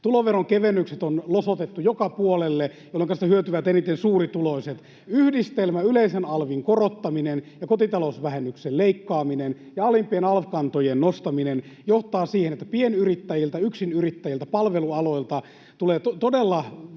Tuloveron kevennykset on losotettu joka puolelle, jolloinka siitä hyötyvät eniten suurituloiset. [Matias Marttisen välihuuto] Yhdistelmä yleisen alvin korottaminen ja kotitalousvähennyksen leikkaaminen ja alimpien alv-kantojen nostaminen johtaa siihen, että pienyrittäjille, yksinyrittäjille, palvelualoille tulee todella huonot